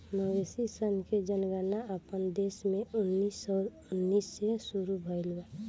मवेशी सन के जनगणना अपना देश में उन्नीस सौ उन्नीस से शुरू भईल बा